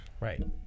Right